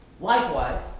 Likewise